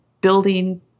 building